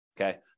okay